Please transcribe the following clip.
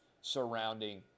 surrounding